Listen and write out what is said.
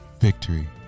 victory